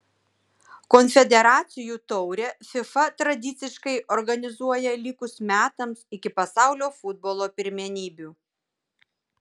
konfederacijų taurę fifa tradiciškai organizuoja likus metams iki pasaulio futbolo pirmenybių